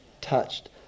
touched